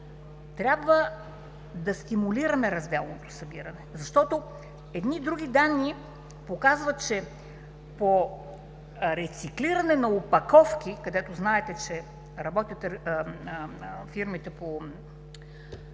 Трябва да стимулираме разделното събиране, защото едни други данни показват, че по рециклиране на опаковки, където знаете, че работят фирмите по